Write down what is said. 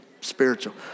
spiritual